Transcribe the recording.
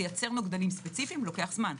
תצייר נוגדנים ספציפיים - לוקח זמן.